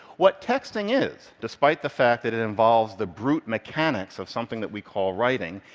what texting is, despite the fact that it involves the brute mechanics of something that we call writing,